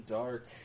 dark